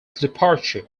departure